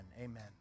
amen